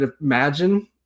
imagine